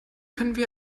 könnten